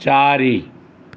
ଚାରି